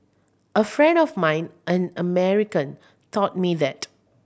a friend of mine an American taught me that